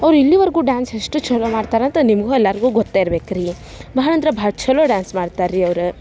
ಅವ್ರು ಇಲ್ಲಿವರೆಗೂ ಡ್ಯಾನ್ಸ್ ಎಷ್ಟು ಛಲೊ ಮಾಡ್ತಾರಂತ ನಿಮಗೂ ಎಲ್ಲರ್ಗೂ ಗೊತ್ತೇ ಇರ್ಬೇಕು ರಿ ಬಹಳ ಅಂದ್ರೆ ಬಹಳ ಛಲೊ ಡ್ಯಾನ್ಸ್ ಮಾಡ್ತಾರೆ ರೀ ಅವ್ರು